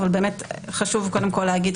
אבל חשוב קודם כול להגיד,